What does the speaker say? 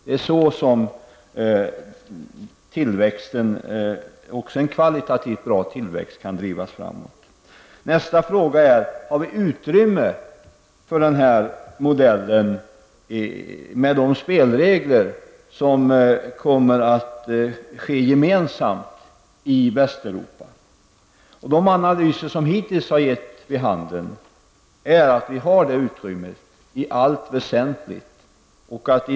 Det är så som också en kvalitativt bra tillväxt kan drivas framåt. Nästa fråga är: Har vi utrymme för den här modellen med de spelregler som kommer att gälla gemensamt i Västeuropa? Hittills har analyserna givit vid handen att vi i allt väsentligt har det utrymmet.